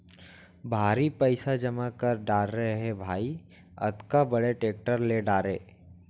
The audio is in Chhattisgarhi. भारी पइसा जमा कर डारे रहें भाई, अतका बड़े टेक्टर ले डारे